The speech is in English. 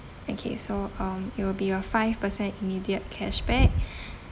okay so um it will be a five percent immediate cashback